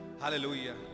Hallelujah